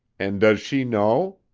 and does she know?